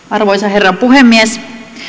arvoisa herra puhemies